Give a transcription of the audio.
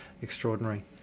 extraordinary